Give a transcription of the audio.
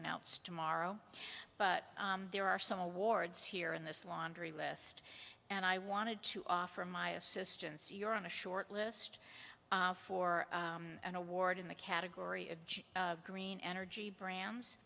announced tomorrow but there are some awards here in this laundry list and i wanted to offer my assistance you're on the short list for an award in the category of green energy brands